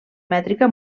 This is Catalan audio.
mètrica